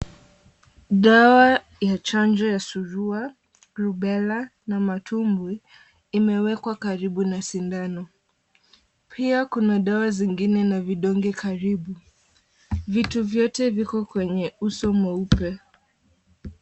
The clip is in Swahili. Dawa ya chanjo ya surua , rubela na matumbwi, imewekwa karibu na sindano. Pia kuna dawa zingine na vidonge karibu. Vitu vyote viko kwenye uso mweupe.